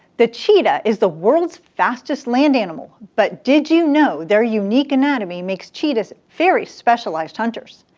the cheetah is the world's fastest land animal. but did you know their unique anatomy makes cheetahs very specialized hunters?